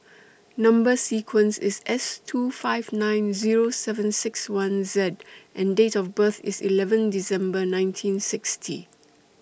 Number sequence IS S two five nine Zero seven six one Z and Date of birth IS eleven December nineteen sixty